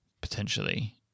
potentially